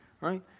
right